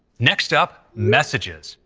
next up, messages.